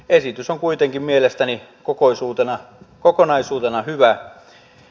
esitys on kuitenkin mielestäni kokonaisuutena hyvä